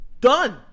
Done